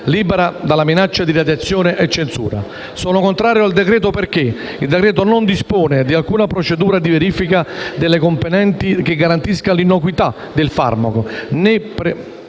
liberi dalla minaccia di radiazione e censura. Sono contrario al decreto-legge perché non dispone di alcuna procedura di verifica delle componenti che garantisca l'innocuità del farmaco,